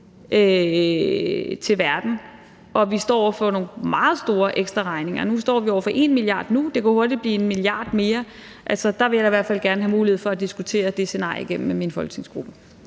i verden, og hvor vi står over for nogle meget store ekstraregninger – nu står vi over for en regning på 1 mia. kr., og det kan jo hurtigt blive 1 milliard mere – så vil jeg altså gerne have mulighed for at diskutere det scenarie igennem med min folketingsgruppe.